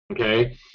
Okay